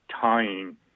tying